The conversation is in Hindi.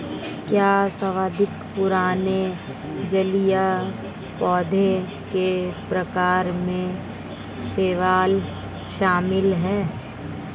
क्या सर्वाधिक पुराने जलीय पौधों के प्रकार में शैवाल शामिल है?